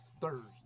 Thursday